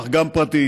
אך גם פרטיים.